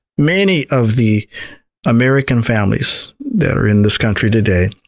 many of the american families that are in this country today,